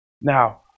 Now